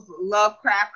Lovecraft